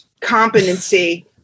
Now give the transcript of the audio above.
competency